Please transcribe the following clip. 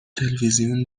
تلویزیون